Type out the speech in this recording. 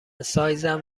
سایزم